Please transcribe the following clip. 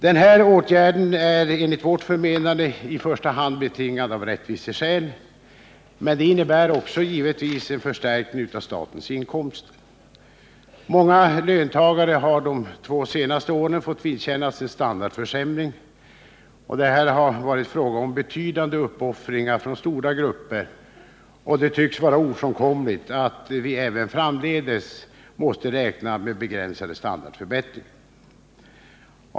Den här åtgärden är enligt vårt förmenande i första hand betingad av rättviseskäl men innebär givetvis också en förstärkning av statens inkomster. Många löntagare har de två senaste åren fått vidkännas en standardförsämring. Det har varit fråga om betydande uppoffringar från stora grupper, och det tycks vara ofrånkomligt att vi även framdeles måste räkna med begränsade standardförbättringar.